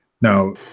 Now